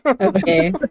Okay